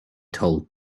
told